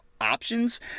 options